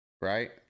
right